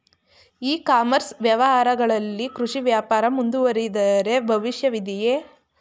E commerce ವ್ಯವಹಾರಗಳಲ್ಲಿ ಕೃಷಿ ವ್ಯಾಪಾರ ಮುಂದುವರಿದರೆ ಭವಿಷ್ಯವಿದೆಯೇ?